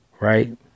right